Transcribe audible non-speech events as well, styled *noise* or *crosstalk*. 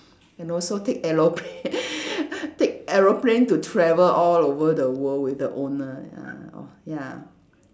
and also take aeroplane *laughs* take aeroplane to travel all over the world with the owner ya *noise* all ya